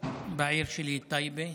בעיר שלי, טייבה.